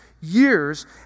years